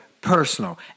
personal